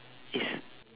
is